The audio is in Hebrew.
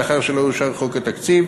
לאחר שלא אושר חוק התקציב,